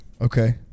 Okay